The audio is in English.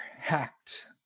hacked